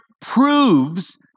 proves